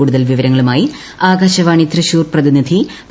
കൂടുതൽ വിവരങ്ങളുമായി ആകാശവാണി കണ്ണൂർ പ്രതിനിധി കെ